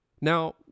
Now